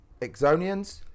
Exonians